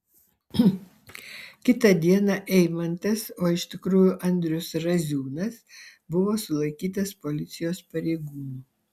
kitą dieną eimantas o iš tikrųjų andrius raziūnas buvo sulaikytas policijos pareigūnų